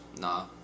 Nah